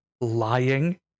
lying